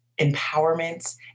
empowerment